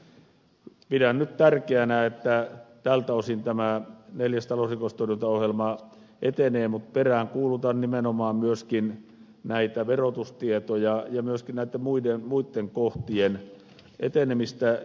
pidän nyt tärkeänä että tältä osin tämä neljäs talousrikostorjuntaohjelma etenee mutta peräänkuulutan nimenomaan myöskin verotustietoja ja myöskin näitten muitten kohtien etenemistä